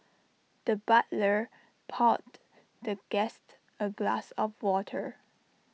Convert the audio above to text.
the butler poured the guest A glass of water